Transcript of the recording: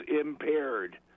impaired